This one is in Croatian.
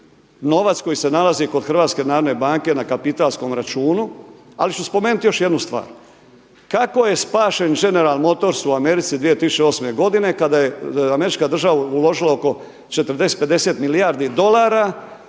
novac koji se nalazi kod HNB-a na kapitalsom računu. Ali ću spomenuti još jednu stvar. Kako je spašen General Motors u Americi 2008. godine kada je američka država uložila oko 40, 50 milijardi dolara